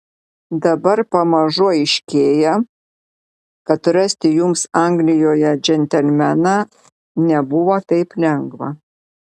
dabar pamažu aiškėja kad rasti jums anglijoje džentelmeną nebuvo taip lengva